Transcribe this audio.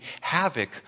havoc